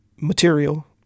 material